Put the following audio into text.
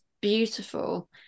beautiful